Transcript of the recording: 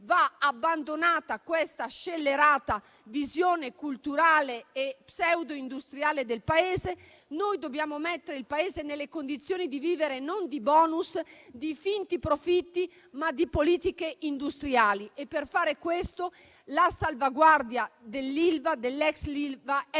va abbandonata questa scellerata visione culturale e pseudo-industriale del Paese. Dobbiamo mettere il Paese nelle condizioni di vivere non di *bonus* e di finti profitti, ma di politiche industriali. Per fare questo, la salvaguardia dell'ex Ilva